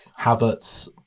Havertz